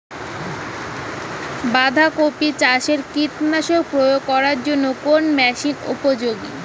বাঁধা কপি চাষে কীটনাশক প্রয়োগ করার জন্য কোন মেশিন উপযোগী?